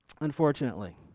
unfortunately